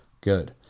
Good